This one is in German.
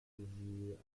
sie